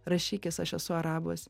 rašykis aš esu arabas